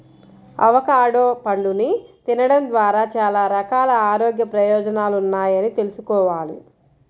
avocado పండుని తినడం ద్వారా చాలా రకాల ఆరోగ్య ప్రయోజనాలున్నాయని తెల్సుకోవాలి